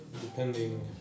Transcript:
depending